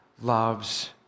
loves